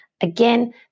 Again